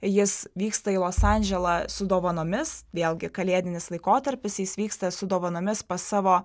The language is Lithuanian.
jis vyksta į los andželą su dovanomis vėlgi kalėdinis laikotarpis jis vyksta su dovanomis pas savo